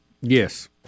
Yes